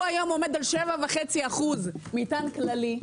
הוא היום עומד על 7.5% מטען כללי.